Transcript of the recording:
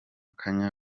kanye